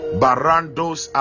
barandos